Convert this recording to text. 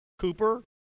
Cooper